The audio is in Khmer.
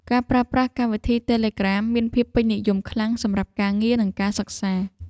ការប្រើប្រាស់កម្មវិធីតេឡេក្រាម មានភាពពេញនិយមខ្លាំងសម្រាប់ការងារ និងការសិក្សា។